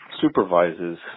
supervises